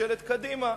ממשלת קדימה,